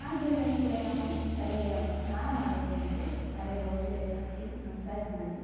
ಆ ಜೆಲ್ಲನ್ನು ಕೂಡ ನಾವು ತಲೆಯ ಸ್ನಾನ ಮಾಡುವ ಮುಂಚೆ ತಲೆಗೆ ಒಳ್ಳೆ ಹಚ್ಚಿ ಮಸಾಜ್ ಮಾಡಿ